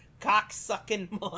cocksucking